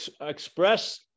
express